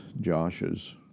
Josh's